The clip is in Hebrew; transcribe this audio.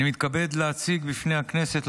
אני מתכבד להציג בפני הכנסת,